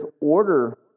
order